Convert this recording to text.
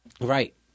right